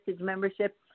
membership